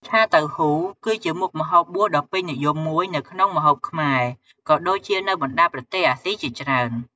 ឆាតៅហ៊ូ គឺជាមុខម្ហូបបួសដ៏ពេញនិយមមួយនៅក្នុងម្ហូបខ្មែរ ក៏ដូចជានៅបណ្ដាប្រទេសអាស៊ីជាច្រើន។